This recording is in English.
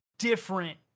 different